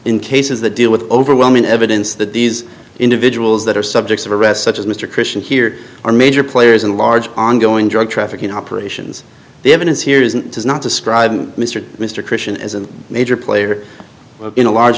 in cases the deal with overwhelming evidence that these individuals that are subjects of arrest such as mr christian here are major players in large ongoing drug trafficking operations the evidence here isn't does not describe mr mr christian as a major player in a large